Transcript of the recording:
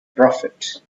prophet